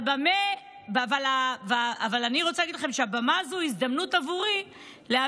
אבל אני רוצה להגיד לכם שהבמה הזו היא הזדמנות עבורי להעביר